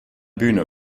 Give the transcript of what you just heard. bühne